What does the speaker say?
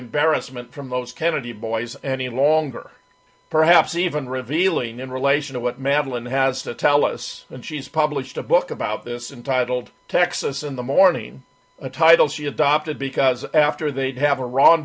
embarrassment from those kennedy boys any longer perhaps even revealing in relation to what madeline has to tell us and she's published a book about this and titled texas in the morning a title she adopted because after they'd have a ron